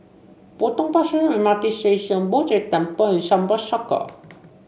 Potong Pasir M R T Station Poh Jay Temple and Sunbird Circle